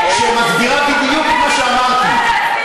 שמסבירה בדיוק את מה שאמרתי.